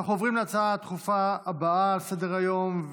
אנחנו עוברים להצעות הדחופות הבאות לסדר-היום,